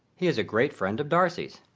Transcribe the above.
he is a great friend of darcy's.